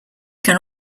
can